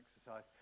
exercise